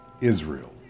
Israel